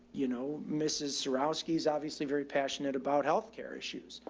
you know, mrs surrou, he's obviously very passionate about healthcare issues.